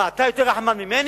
מה, אתה יותר רחמן ממני?